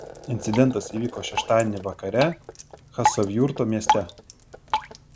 incidentas įvyko šeštadienį vakare chasavjurto mieste